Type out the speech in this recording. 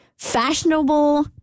fashionable